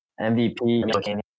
MVP